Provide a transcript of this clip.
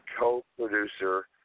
co-producer